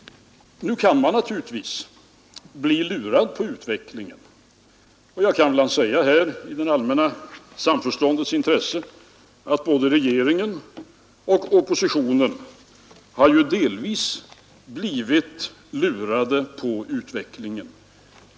Nu kan man naturligtvis bli lurad på utvecklingen, och jag kan väl säga här, i det allmänna samförståndets intresse, att både regeringen och oppositionen delvis har blivit lurade på utvecklingen.